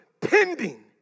pending